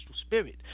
spirit